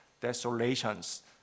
desolations